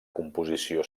composició